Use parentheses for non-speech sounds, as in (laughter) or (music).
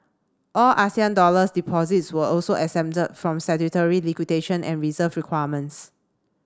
all Asian dollar deposits were also exempted from statutory (unintelligible) and reserve requirements